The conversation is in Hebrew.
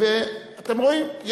אתם רואים,